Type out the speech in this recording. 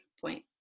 point